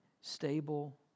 stable